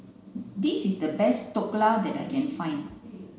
this is the best Dhokla that I can find